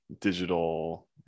digital